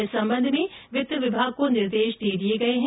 इस संबंध में वित्त विभाग को निर्देश दे दिए गए हैं